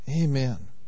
amen